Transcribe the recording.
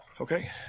Okay